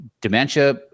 dementia